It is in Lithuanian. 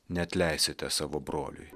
neatleisite savo broliui